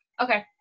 okay